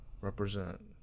represent